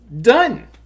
done